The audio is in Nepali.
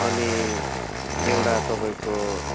अनि एउटा तपाईँको